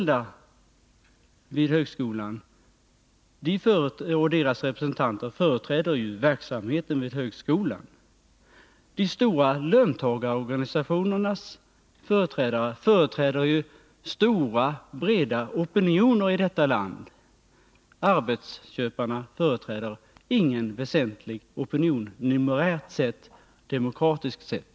De vid högskolan anställda och deras representanter företräder ju verksamheten vid högskolan, och de stora löntagarorganisationerna företräder ju stora, breda opinioner i detta land. Arbetsköparna företräder ingen väsentlig opinion numerärt sett, demokratiskt sett.